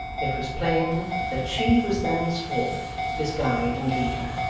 it was plain that she was thenceforth his guide and leader.